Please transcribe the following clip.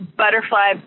butterfly